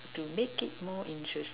to make it more interesting